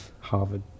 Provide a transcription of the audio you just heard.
Harvard